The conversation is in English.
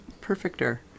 Perfecter